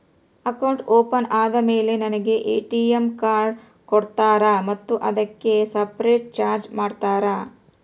Account open ಆದಮೇಲೆ ನನಗೆ ATM card ಕೊಡ್ತೇರಾ ಮತ್ತು ಅದಕ್ಕೆ ಸಪರೇಟ್ ಚಾರ್ಜ್ ಮಾಡ್ತೇರಾ?